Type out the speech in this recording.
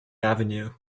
avenue